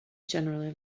generally